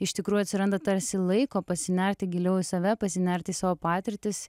iš tikrųjų atsiranda tarsi laiko pasinerti giliau į save pasinerti į savo patirtis